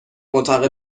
اتاق